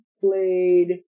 played